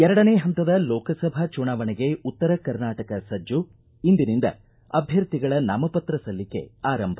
ಎರಡನೇ ಹಂತದ ಲೋಕಸಭಾ ಚುನಾವಣೆಗೆ ಉತ್ತರ ಕರ್ನಾಟಕ ಸಜ್ಜು ಇಂದಿನಿಂದ ಅಭ್ವರ್ಥಿಗಳ ನಾಮಪತ್ರ ಸಲ್ಲಿಕೆ ಆರಂಭ